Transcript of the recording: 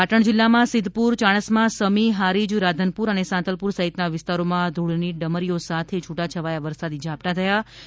પાટણ જિલ્લામાં સિધ્ધપુર યાણસ્મા સમી હારીજ રાધનપુર અને સાંતલપુર સહિતના વિસ્તારોમાં ધૂળની ડમરીઓ સાથે છૂટાં છવાયા વરસાદી ઝાપટાં થયાના અહેવાલ છે